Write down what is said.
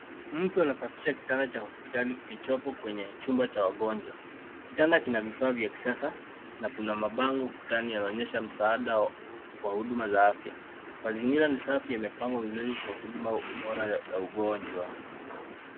Mtu anasafisha kitanda cha hospitali kilichopo kwenye kitanda cha wagonjwa. Kitanda kina vifaa vya kisasa na kuna mabango ukutani yanayoonyesha msaada wa huduma za afya. Mazingira ni safi yamepangwa vizuri kwa huduma bora ya ugonjwa.